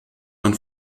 man